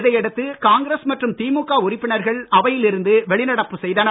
இதை அடுத்து காங்கிரஸ் மற்றும் திமுக உறுப்பினர்கள் அவையில் இருந்து வெளிநடப்பு செய்தனர்